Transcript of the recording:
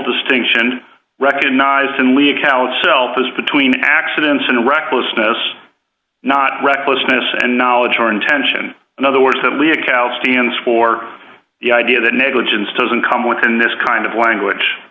distinction recognized in league cal itself is between accidents and recklessness not recklessness and knowledge or intention in other words that leah cal stands for the idea that negligence doesn't come with in this kind of language